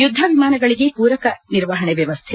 ಯುದ್ದ ವಿಮಾನಗಳಿಗೆ ಪೂರಕ ನಿರ್ವಹಣೆ ವ್ಲವಸ್ಥೆ